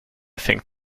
fängt